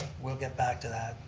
we'll get back to that.